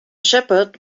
shepherd